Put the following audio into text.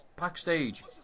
backstage